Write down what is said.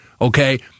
okay